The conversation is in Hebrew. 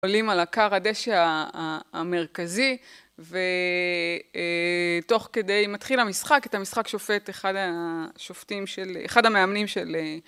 עולים על הכר הדשא המרכזי ותוך כדי מתחיל המשחק, את המשחק שופט אחד השופטים של, אחד המאמנים של...